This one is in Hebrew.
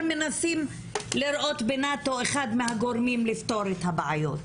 מנסים לראות בנאט"ו אחד מהגורמים לפתור את הבעיות.